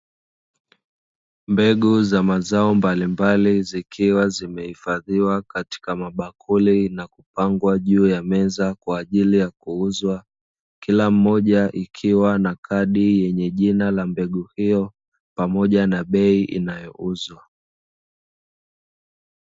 Mbegu za mazao mbalimbali zikiwa zimehifadhiwa katika mabakuri na kupangwa juu ya meza kwa ajili ya kuuzwa, kila moja ikiwa na kadi yenye jina la mbegu hiyo pamoja na bei inayouzwa.